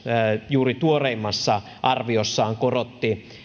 juuri tuoreimmassa arviossaan korotti